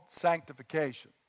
sanctification